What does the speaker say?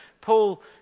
Paul